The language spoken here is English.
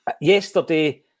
Yesterday